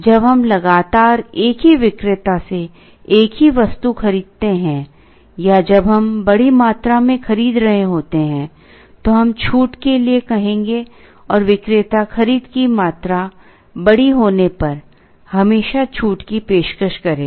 जब हम लगातार एक ही विक्रेता से एक ही वस्तु खरीदते हैं या जब हम बड़ी मात्रा में खरीद रहे होते हैं तो हम छूट के लिए कहेंगे और विक्रेता खरीद की मात्रा बड़ी होने पर हमेशा छूट की पेशकश करेगा